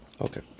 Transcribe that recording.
Okay